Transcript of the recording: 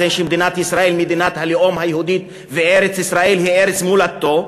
על זה שמדינת ישראל היא מדינת הלאום היהודי וארץ-ישראל היא ארץ מולדתו,